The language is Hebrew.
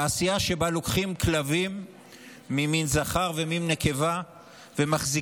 תעשייה שבה לוקחים כלבים ממין זכר וממין נקבה ומחזיקים